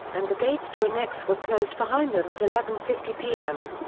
and the gates to annex were closed behind them at eleven fifty pm.